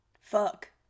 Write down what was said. Fuck